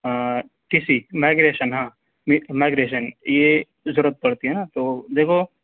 T C migration ہاں migration یہ ضرورت پڑتی ہے نا تو دیکھو